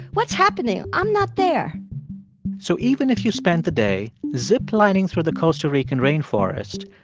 what's happening? i'm not there so even if you spent the day ziplining through the costa rican rain forest,